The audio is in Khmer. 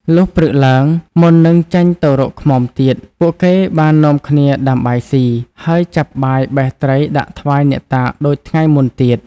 លុះព្រឹកឡើង មុននឹងចេញទៅរកឃ្មុំទៀត ពួកគេបាននាំគ្នាដាំបាយស៊ី ហើយចាប់បាយបេះត្រីដាក់ថ្វាយអ្នកតាដូចថ្ងៃមុនទៀត។